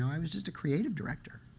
i was just a creative director.